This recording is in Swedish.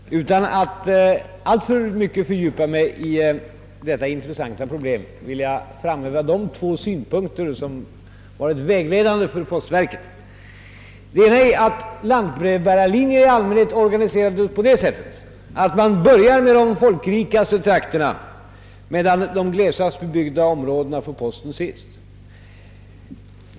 Herr talman! Utan att alltför mycket fördjupa mig i detta intressanta problem vill jag framföra de två synpunkter som varit vägledande för postverket. Den ena är att lantbrevbärarlinjer i allmänhet är organiserade på det sättet att man börjar i de folkrikaste trakterna, medan de glesast bebyggda områdena får posten sist.